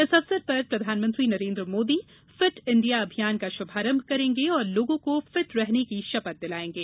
इस अवसर पर प्रधानमंत्री नरेन्द्र मोदी फिट इंडिया अभियान का शुभारंभ करेंगे और लोगों को फिट रहने की शपथ दिलाएंगे